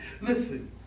Listen